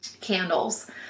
candles